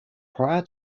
prior